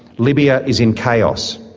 libya is in chaos.